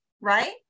right